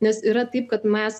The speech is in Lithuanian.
nes yra taip kad mes